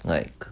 like